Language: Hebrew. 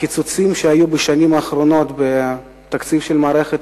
הקיצוצים שהיו בשנים האחרונות בתקציב מערכת